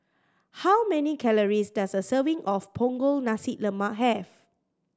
how many calories does a serving of Punggol Nasi Lemak have